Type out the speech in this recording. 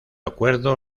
acuerdo